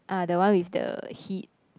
uh the one with the heat